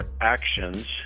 actions